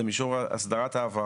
זה מישור הסדרת העבר